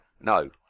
no